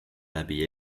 läbi